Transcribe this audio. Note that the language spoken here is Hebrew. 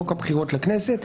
חוק הבחירות לכנסת).